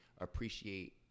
appreciate